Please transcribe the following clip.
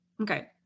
okay